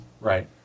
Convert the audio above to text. Right